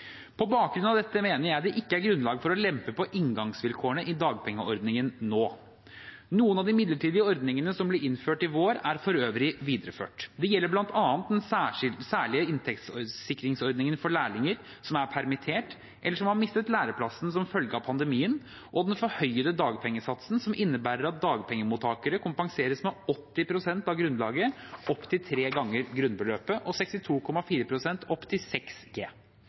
På bakgrunn av dette mener jeg at det ikke er grunnlag for å lempe på inngangsvilkårene i dagpengeordningen nå. Noen av de midlertidige ordningene som ble innført i vår, er for øvrig videreført. Det gjelder bl.a. den særlige inntektssikringsordningen for lærlinger som er permittert eller har mistet læreplassen som følge av pandemien, og den forhøyede dagpengesatsen, som innebærer at dagpengemottakere kompenseres med 80 pst. av grunnlaget opp til tre ganger grunnbeløpet og 62,4 pst. opp til 6 G.